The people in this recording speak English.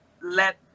let